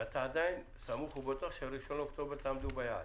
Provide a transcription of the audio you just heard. ואתה עדיין סמוך ובטוח שבראשון באוקטובר תעמדו ביעד?